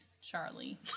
Charlie